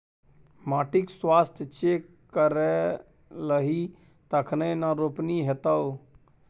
माटिक स्वास्थ्य चेक करेलही तखने न रोपनी हेतौ